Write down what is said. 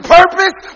purpose